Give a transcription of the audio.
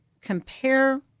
compare